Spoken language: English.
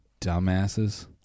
dumbasses